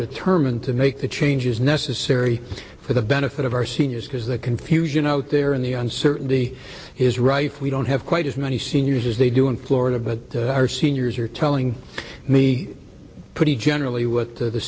determined to make the changes necessary for the benefit of our seniors because the confusion out there in the uncertainty is rife we don't have quite as many seniors as they do in florida but our seniors are telling me pretty generally what the